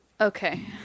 Okay